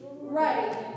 Right